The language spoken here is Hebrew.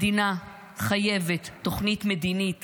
המדינה חייבת תוכנית מדינית